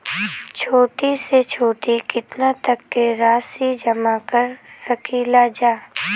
छोटी से छोटी कितना तक के राशि जमा कर सकीलाजा?